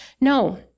No